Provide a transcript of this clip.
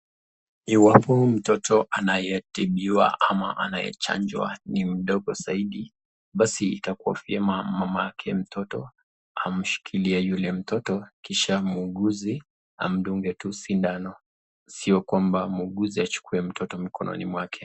Iwapo mtoto anayetibiwa ama anayechanjwa ni mdogo zaidi basi itakuwa vyema mamake mtoto amshikilie yule mtoto kisha muuguzi amdunge tu sindano. Sio kwamba muuguzi achukue mtoto mkononi mwake.